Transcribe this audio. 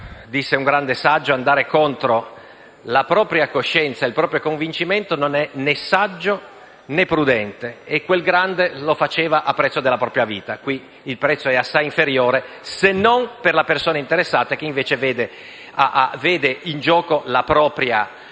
Disse un grande saggio che andare contro la propria coscienza e il proprio convincimento non è né saggio, né prudente; e quel grande lo faceva a prezzo della propria vita. Qui il prezzo è assai inferiore, ma non per la persona interessata, che invece vede in gioco la propria